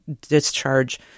discharge